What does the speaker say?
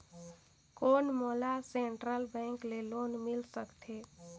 कौन मोला central bank ले लोन मिल सकथे?